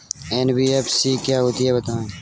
NBFC क्या होता है बताएँ?